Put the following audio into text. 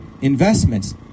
investments